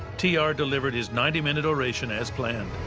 t r. delivered his ninety minute oration as planned.